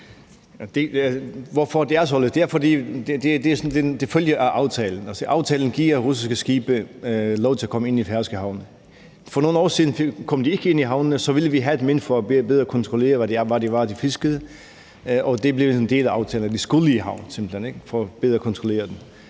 det følger af aftalen. Aftalen giver russiske skibe lov til at komme ind i færøske havne. For nogle år siden kom de ikke ind i havnene, og så ville vi have dem inden for for at kontrollere, hvad det var, de fiskede, og det blev en del af aftalen, at de skulle i havn simpelt hen, for at vi bedre kunne kontrollere dem.